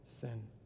sin